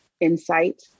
insight